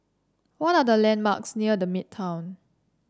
what are the landmarks near The Midtown